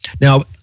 Now